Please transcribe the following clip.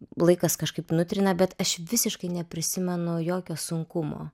laikas kažkaip nutrina bet aš visiškai neprisimenu jokio sunkumo